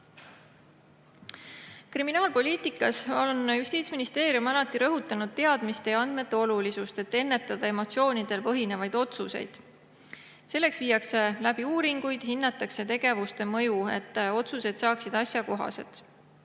Kriminaalpoliitikas on Justiitsministeerium alati rõhutanud teadmiste ja andmete olulisust, et ennetada emotsioonidel põhinevaid otsuseid. Selleks viiakse läbi uuringuid, hinnatakse tegevuste mõju, et otsused saaksid asjakohased.